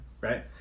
right